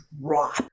drop